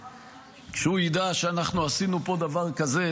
כשהוא ידע שאנחנו עשינו פה דבר כזה,